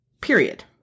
period